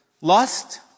lust